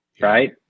right